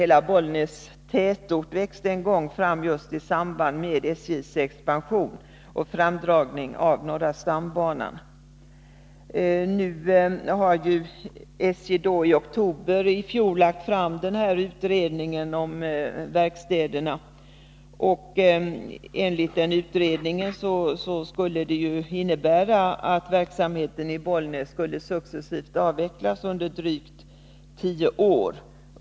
Hela Bollnäs tätort växte en gång fram just i samband med SJ:s expansion och framdragningen av norra stambanan. Nu har SJ i oktober i fjol lagt fram utredningen om verkstäderna, och enligt denna utredning skulle verksamheten i Bollnäs successivt avvecklas under drygt tio år.